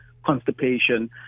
constipation